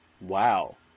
wow